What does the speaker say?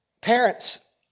Parents